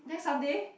this Sunday